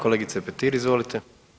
Kolegice Petir, izvolite.